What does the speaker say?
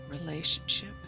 Relationship